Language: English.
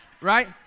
Right